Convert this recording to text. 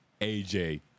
AJ